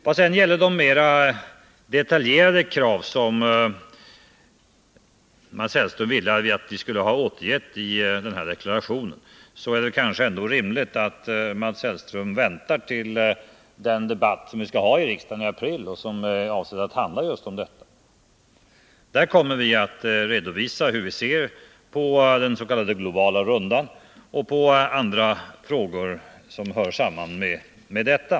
Vad sedan gäller de mera detaljerade krav som Mats Hellström önskade att vi hade återgivit i deklarationen är det kanske ändå rimligt att Mats Hellström väntar till den debatt som vi skall ha i april och som är avsedd att handla om just detta. Då kommer vi att redovisa hur vi ser på den s.k. globala rundan och på andra frågor som hör samman med detta.